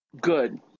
good